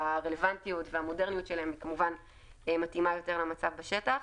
והרלוונטיות והמודרניות שלהן כמובן מתאימה יותר למצב בשטח.